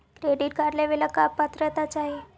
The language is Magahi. क्रेडिट कार्ड लेवेला का पात्रता चाही?